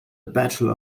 bachelor